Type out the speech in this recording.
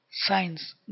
science